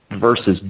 Versus